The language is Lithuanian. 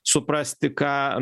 suprasti ką